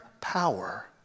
power